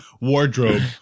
Wardrobe